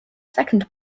second